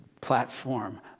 platform